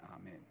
Amen